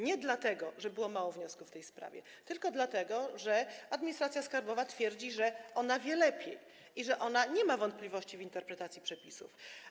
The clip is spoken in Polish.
Nie dlatego, że było mało wniosków w tej sprawie, tylko dlatego, że administracja skarbowa twierdzi, że wie lepiej i nie ma wątpliwości przy interpretacji przepisów.